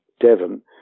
Devon